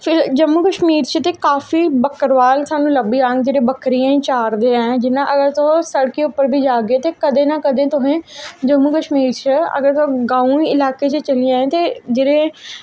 फिर जम्मू कश्मीर च ते काफी बक्करबाल सानूं लब्भी जान जेह्ड़े बक्करियां चारदे ऐं जियां अगर तुस सड़कें पर बी जाह्गे ते कदें ना कदें तुसेंगी जम्मू कश्मीर च अगर तुस गांव दे इलाके च चली जाओ ते जेह्ड़े